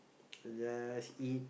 just eat